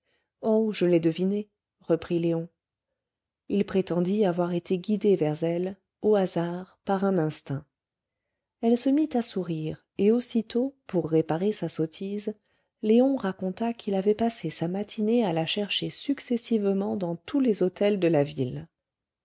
oh je l'ai deviné reprit léon comment il prétendit avoir été guidé vers elle au hasard par un instinct elle se mit à sourire et aussitôt pour réparer sa sottise léon raconta qu'il avait passé sa matinée à la chercher successivement dans tous les hôtels de la ville